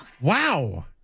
Wow